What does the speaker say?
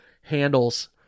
handles